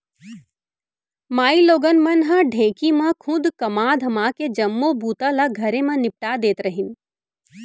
माइलोगन मन ह ढेंकी म खुंद कमा धमाके जम्मो बूता ल घरे म निपटा देत रहिन